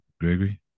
Gregory